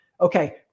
okay